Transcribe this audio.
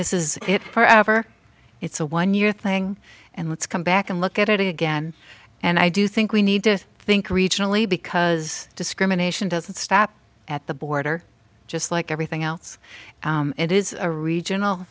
this is it forever it's a one year thing and let's come back and look at it again and i do think we need to think regionally because discrimination doesn't stop at the border just like everything else it is a regional